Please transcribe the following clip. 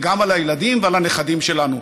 וגם על הילדים ועל הנכדים שלנו.